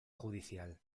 judicial